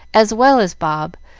as well as bob,